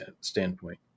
standpoint